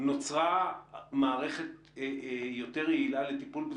נוצרה מערכת יותר יעילה לטיפול?